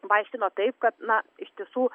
paaiškino taip kad na iš tiesų